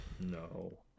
No